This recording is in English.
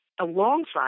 alongside